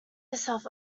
herself